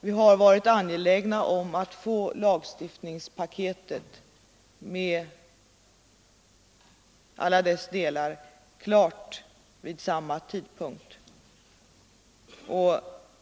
Vi har varit angelägna om att få lagstiftningspaketet med alla dess delar klart vid samma tidpunkt.